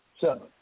seven